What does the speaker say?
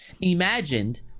imagined